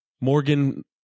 Morgan